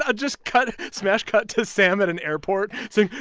ah just cut smash cut to sam at an airport saying,